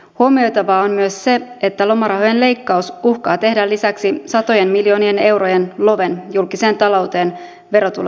huomioitavaa on myös se että lomarahojen leikkaus uhkaa tehdä lisäksi satojen miljoonien eurojen loven julkiseen talouteen verotulojen menetyksenä